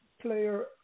player